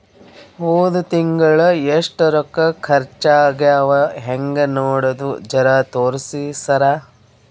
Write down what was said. ಹೊದ ತಿಂಗಳ ಎಷ್ಟ ರೊಕ್ಕ ಖರ್ಚಾ ಆಗ್ಯಾವ ಹೆಂಗ ನೋಡದು ಜರಾ ತೋರ್ಸಿ ಸರಾ?